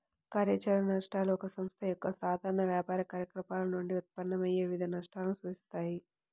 కార్యాచరణ నష్టాలు ఒక సంస్థ యొక్క సాధారణ వ్యాపార కార్యకలాపాల నుండి ఉత్పన్నమయ్యే వివిధ నష్టాలను సూచిస్తాయి